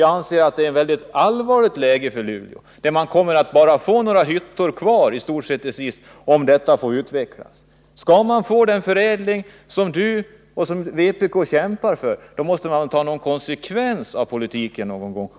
Jag anser att läget för Luleå är mycket allvarligt, där man i stort sett till sist bara kommer att få några hyttor kvar, om den här utvecklingen får fortsätta. Skall man få den förädling som Sten-Ove Sundström och vpk kämpar för, måste man ta någon konsekvens av politiken någon gång.